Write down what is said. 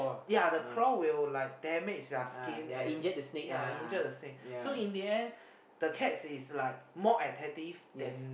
ya the crow will like damage their skin and ya injure the snake so in the end the cats is more attractive than